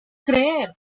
creer